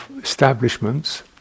establishments